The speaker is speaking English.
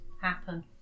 happen